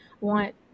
want